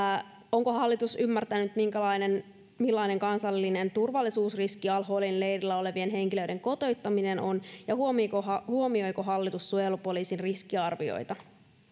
onko hallitus ymmärtänyt millainen kansallinen turvallisuusriski al holin leirillä olevien henkilöiden kotiuttaminen on ja huomioiko hallitus suojelupoliisin riskiarvioita